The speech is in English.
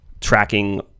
tracking